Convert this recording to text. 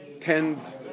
tend